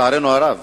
לצערנו הרב,